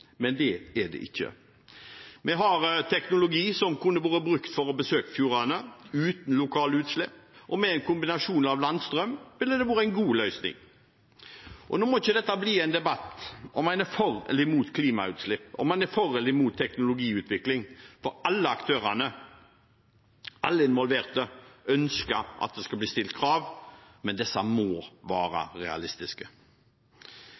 men det er det ikke. Vi har teknologi som kunne vært brukt for å besøke fjordene uten lokale utslipp, og med en kombinasjon av landstrøm kunne det vært en god løsning. Nå må ikke dette bli en debatt om en er for eller mot klimautslipp, om en er for eller mot teknologiutvikling, for alle aktørene, alle involverte, ønsker at det skal bli stilt krav, men de må